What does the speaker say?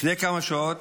לפני כמה שעות